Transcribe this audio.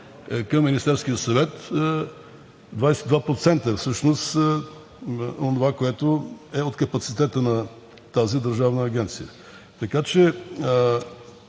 към Министерския съвет е 22%, всъщност онова, което е от капацитета на тази държавна агенция. Така че